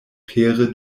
pere